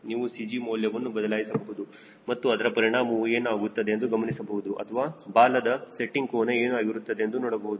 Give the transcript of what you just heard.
ನೀವು CG ಮೌಲ್ಯವನ್ನು ಬದಲಾಯಿಸಬಹುದು ಮತ್ತು ಅದರ ಪರಿಣಾಮವು ಏನು ಆಗುತ್ತದೆ ಎಂದು ಗಮನಿಸಬಹುದು ಅಥವಾ ಬಾಲದ ಸೆಟ್ಟಿಂಗ್ ಕೋನ ಏನು ಆಗಿರುತ್ತದೆ ಎಂದು ನೋಡಬಹುದು